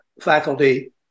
faculty